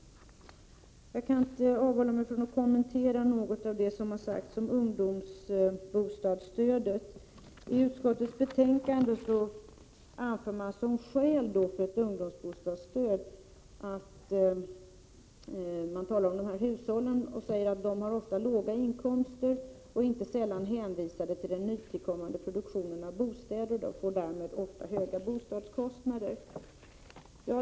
Jag kan inte avhålla mig från att kommentera något av det som har sagts om ungdomsbostadsstödet. I utskottets betänkande anför man som skäl för ett ungdomsbostadsstöd att hushållen ofta har låga inkomster och inte sällan är hänvisade till den nytillkommande produktionen av bostäder. De får därmed ofta höga bostadskostnader.